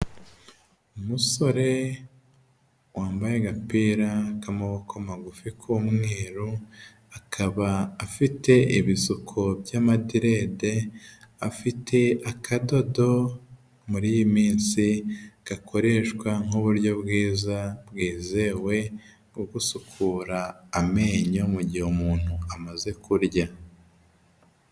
Umusore wambaye agapira k'amaboko magufi k'umweru akaba afite ibisuko by'amaderede afite akadodo muri iyi minsi gakoreshwa nk'uburyo bwiza bwizewe bwo gusukura amenyo mu mugihe umuntu amaze kurya.